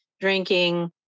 drinking